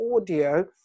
audio